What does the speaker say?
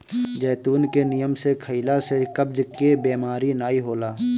जैतून के नियम से खइला से कब्ज के बेमारी नाइ होला